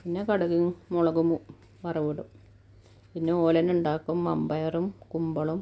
പിന്നെ കടുകും മുളകും വറവിടും പിന്നെ ഓലനുണ്ടാക്കും വൻപയറും കുമ്പളവും